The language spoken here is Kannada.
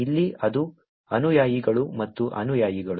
ಇಲ್ಲಿ ಅದು ಅನುಯಾಯಿಗಳು ಮತ್ತು ಅನುಯಾಯಿಗಳು